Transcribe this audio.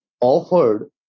offered